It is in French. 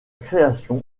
création